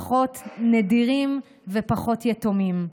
פחות נדירים ופחות יתומים.